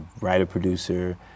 writer-producer